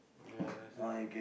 ya that's why